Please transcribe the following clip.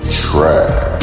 trash